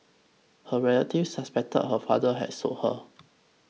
her relatives suspected her father had sold her